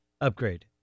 Upgrade